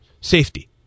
safety